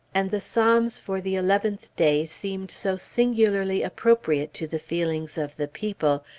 and the psalms for the eleventh day seemed so singularly appropriate to the feelings of the people,